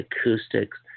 acoustics